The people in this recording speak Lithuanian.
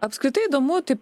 apskritai įdomu taip